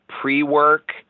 pre-work